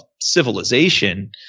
civilization –